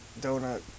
donut